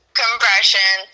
compression